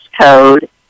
code